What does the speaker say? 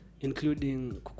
including